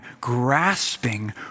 grasping